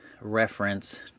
reference